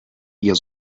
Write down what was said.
ihr